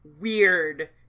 weird